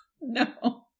No